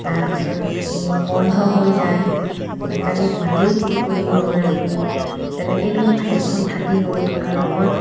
তাৰপিছত বন্ধ হৈ যায় মেকানিক মাতিও ঠিক কৰিব নোৱাৰিলোঁ তেনেকৈয়েতো মোৰ ফেনখন থাকি গ'ল আৰু মই